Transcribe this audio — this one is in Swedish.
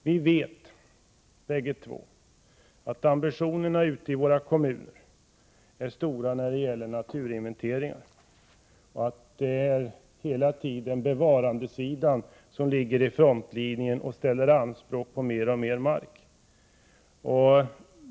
Vi vet bägge två att ambitionerna ute i våra kommuner är stora när det gäller naturinventeringar och att det hela tiden är bevarandesidan som ligger i frontlinjen och ställer anspråk på mer och mer mark.